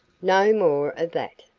no more of that.